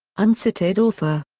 uncited author.